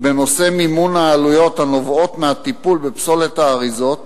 בנושא מימון העלויות הנובעות מהטיפול בפסולת האריזות,